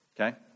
Okay